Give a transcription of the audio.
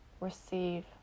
receive